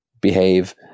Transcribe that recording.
behave